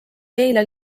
keila